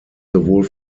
sowohl